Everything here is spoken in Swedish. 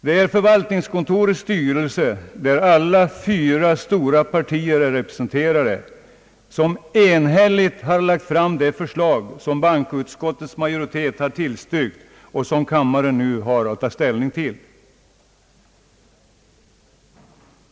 Det är förvaltningskontorets styrelse — där alla de fyra stora partierna är representerade — som enhälligt har lagt fram det förslag som bankoutskottets majoritet har tillstyrkt och som kam maren nu har att ta ställning till.